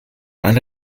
eine